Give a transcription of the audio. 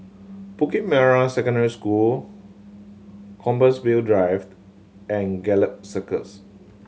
Bukit Merah Secondary School Compassvale Drived and Gallop Circus